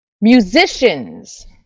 musicians